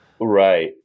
right